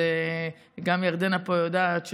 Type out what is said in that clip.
וגם ירדנה פה יודעת,